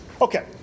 Okay